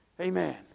Amen